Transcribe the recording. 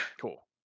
cool